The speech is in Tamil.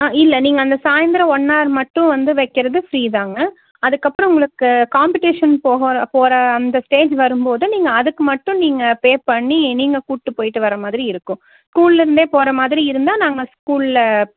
ஆ இல்லை நீங்கள் அந்த சாயந்தரோம் ஒன் ஹார் மட்டும் வந்து வைக்கறது ஃப்ரீ தாங்க அதுக்கப்புறம் உங்களுக்கு காம்பெடிஷன் போகிற போகிற அந்த ஸ்டேஜு வரும்போது நீங்கள் அதுக்கு மட்டும் நீங்க பேப் பண்ணி நீங்கள் கூட்டி போயிட்டு வர மாதிரி இருக்கும் ஸ்கூல்லேருந்தே போகிற மாதிரி இருந்தால் நாங்கள் ஸ்கூலில்